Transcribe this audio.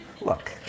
look